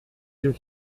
yeux